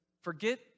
forget